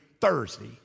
Thursday